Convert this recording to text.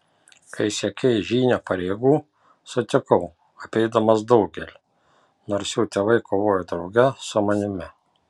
kai siekei žynio pareigų sutikau apeidamas daugelį nors jų tėvai kovojo drauge su manimi